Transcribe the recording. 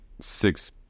six